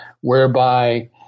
whereby